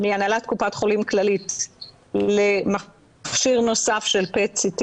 מהנהלת קופת חולים כללית למכשיר נוסף של PET-CT בהעמק,